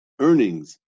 earnings